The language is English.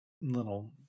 little